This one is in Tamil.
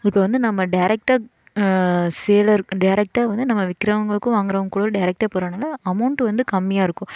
இப்போ வந்து நம்ம டேரக்டாக சேலருக்கு டேரக்டாக வந்து நம்ம விற்கிறவுங்களுக்கு வாங்கிறவுங்களுக்கும் டேரக்டாக போகிறதுனால அமௌண்ட் வந்து கம்மியாக இருக்கும்